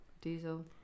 Diesel